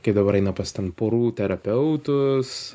kaip dabar eina pas ten porų terapeutus